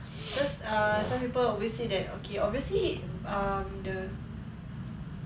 because err some people always say that okay obviously um the